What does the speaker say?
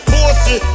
Pussy